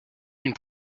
une